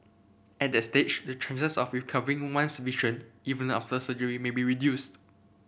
at that stage the chances of recovering one's vision even after surgery may be reduced